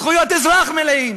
זכויות אזרח מלאות.